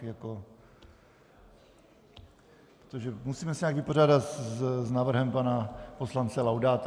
Protože musíme se nějak vypořádat s návrhem pana poslance Laudáta.